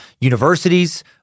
universities